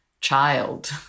child